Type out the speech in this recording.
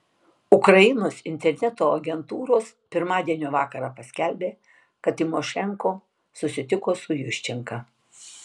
ukrainos interneto agentūros pirmadienio vakarą paskelbė kad tymošenko susitiko su juščenka